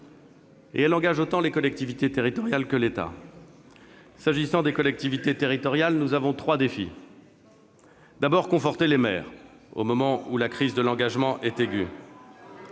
et elle engage autant les collectivités territoriales que l'État. S'agissant des collectivités territoriales, nous avons trois défis à relever. Le premier est de conforter les maires, au moment où la crise de l'engagement est aiguë.